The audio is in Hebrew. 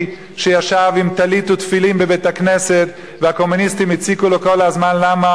שישב עם טלית ותפילין בבית-הכנסת והקומוניסטים הציקו לו כל הזמן למה